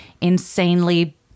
insanely